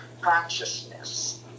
Consciousness